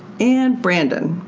and, brandon.